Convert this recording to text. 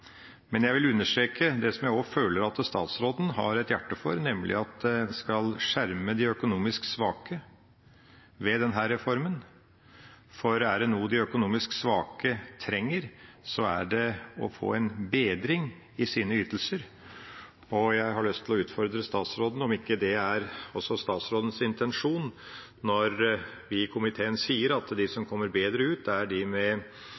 Men jeg vil understreke det som jeg føler at også statsråden har et hjerte for, nemlig at en skal skjerme de økonomisk svake ved denne reformen, for er det noe de økonomisk svake trenger, så er det å få en bedring i sine ytelser. Jeg har lyst å utfordre statsråden på om ikke det er også statsrådens intensjon, når vi i komiteen sier at de som kommer bedre ut, er minstepensjonister med gjeld, de med